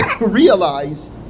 realize